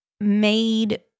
made